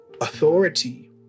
authority